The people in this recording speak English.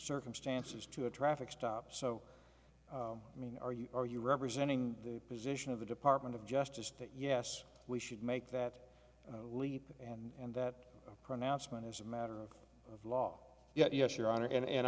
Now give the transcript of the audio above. circumstances to a traffic stop so i mean are you are you representing the position of the department of justice that yes we should make that leap and that pronouncement as a matter of law yes your honor and